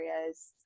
areas